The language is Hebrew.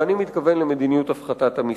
ואני מתכוון למדיניות הפחתת המסים.